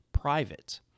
private